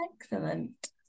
Excellent